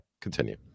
continue